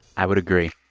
i would agree.